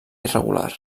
irregular